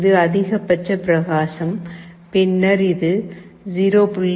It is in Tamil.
இது அதிகபட்ச பிரகாசம் பின்னர் இது 0